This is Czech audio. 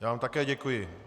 Já vám také děkuji.